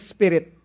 Spirit